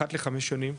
אחת לחמש שנים,